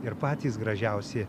ir patys gražiausi